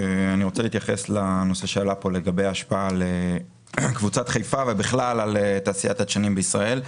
אני רוצה להתייחס לנושא של קבוצת חיפה ובכלל לתעשיית הדשנים בישראל.